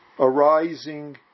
arising